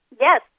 Yes